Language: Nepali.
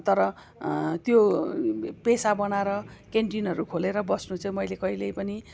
तर त्यो पेसा बनाएर क्यान्टिनहरू खोलेर बस्नु चाहिँ मैले कहिल्यै पनि